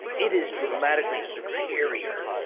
it is dramatically superior.